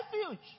refuge